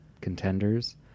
contenders